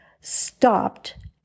stopped